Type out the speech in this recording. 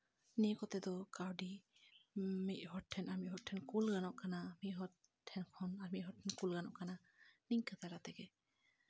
ᱱᱤᱭᱟᱹ ᱠᱚᱛᱮ ᱫᱚ ᱠᱟᱹᱣᱰᱤ ᱢᱤᱫ ᱦᱚᱲ ᱴᱷᱮᱱ ᱟᱨ ᱢᱤᱫ ᱦᱚᱲ ᱴᱷᱮᱱ ᱠᱳᱞ ᱜᱟᱱᱚᱜ ᱠᱟᱱᱟ ᱢᱤᱫ ᱦᱚᱲ ᱴᱷᱮᱱ ᱠᱷᱚᱱ ᱟᱨ ᱢᱤᱫ ᱦᱚᱲ ᱴᱷᱮᱱ ᱠᱩᱞ ᱜᱟᱱᱚᱜ ᱠᱟᱱᱟ ᱱᱤᱝᱠᱟᱹ ᱛᱟᱞᱟ ᱛᱮᱜᱮ